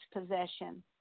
possession